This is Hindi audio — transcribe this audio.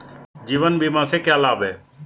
जीवन बीमा से क्या लाभ हैं?